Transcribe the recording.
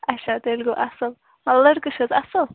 اَچھا تیٚلہِ گوٚو اَصٕل لٔڑکہٕ چھِ حظ اَصٕل